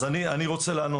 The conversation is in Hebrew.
אני רוצה לענות.